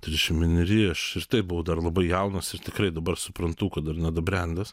trisdešimt vieneri aš ir tai buvau dar labai jaunas ir tikrai dabar suprantu kad dar nedabrendęs